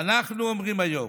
ואנחנו אומרים היום: